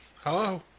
Hello